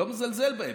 לא מזלזל בהם,